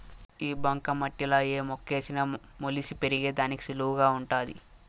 ఈ బంక మట్టిలా ఏ మొక్కేసిన మొలిసి పెరిగేదానికి సులువుగా వుంటాది